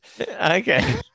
Okay